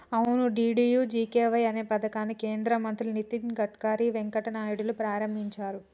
అవును డి.డి.యు.జి.కే.వై అనే పథకాన్ని కేంద్ర మంత్రులు నితిన్ గడ్కర్ వెంకయ్య నాయుడులు ప్రారంభించారు